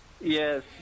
Yes